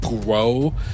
grow